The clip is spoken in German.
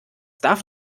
darf